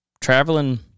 Traveling